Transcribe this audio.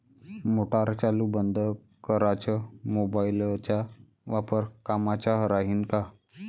Motor चालू बंद कराच मोबाईलचा वापर कामाचा राहीन का?